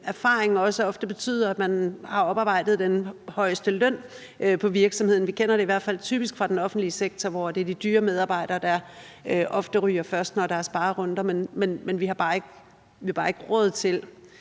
erfaring ofte betyder, at man har oparbejdet den højeste løn i virksomheden. Vi kender det i hvert fald typisk fra den offentlige sektor, hvor det er de dyre medarbejdere, der ofte ryger først, når der er sparerunder. Men vi har bare ikke råd til